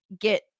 get